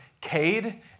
Cade